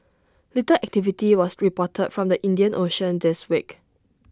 little activity was reported from the Indian ocean this week